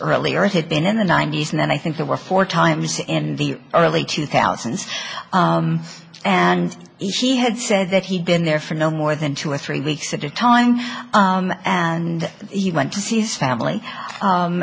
earlier it had been in the ninety's and i think there were four times in the early two thousand and he had said that he'd been there for no more than two or three weeks at a time and he went to see his family